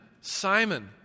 Simon